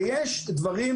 ויש דברים